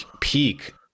peak